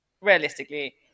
realistically